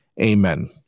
amen